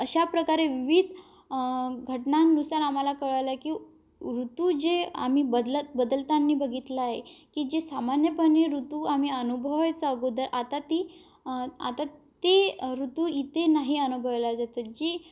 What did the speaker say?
अशा प्रकारे विविध घटनांनुसार आम्हाला कळालंय की ऋतू जे आम्ही बदल बदलतांनी बघितलं आहे की जे सामान्यपणे ऋतू आम्ही अनुभवायचो अगोदर आता ती आता ते ऋतू इतेे नाही अनुभवले जातात जी